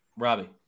Robbie